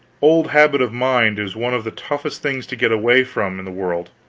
old habit of mind is one of the toughest things to get away from in the world.